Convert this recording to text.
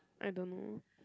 I don't know